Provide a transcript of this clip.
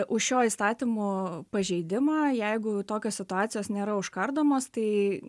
už šio įstatymo pažeidimą jeigu tokios situacijos nėra užkardomos tai